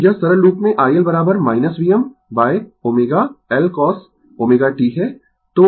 तो यह सरल रूप में iL Vmω L cosω t है